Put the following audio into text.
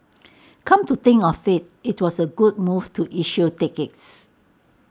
come to think of IT it was A good move to issue tickets